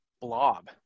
blob